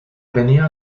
venía